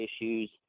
issues